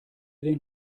den